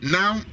Now